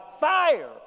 fire